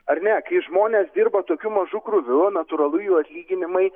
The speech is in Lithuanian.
ar ne kai žmonės dirba tokiu mažu krūviu natūralu jų atlyginimai